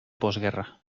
posguerra